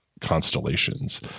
constellations